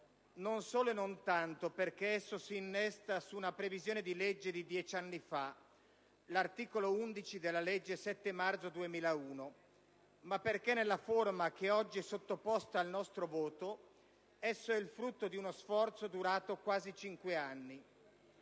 Non solo e non tanto perché esso si innesta su una previsione di legge di dieci anni fa (articolo 11 della legge 7 marzo 2001, n. 62), ma perché, nella forma che è oggi sottoposta al nostro voto, esso è il frutto di uno sforzo durato quasi cinque anni.